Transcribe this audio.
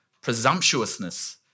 presumptuousness